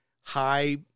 high